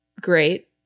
great